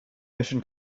mission